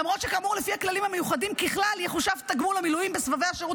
למרות שכאמור לפי הכללים המיוחדים ככלל יחושב תגמול המילואים בסבבי השירות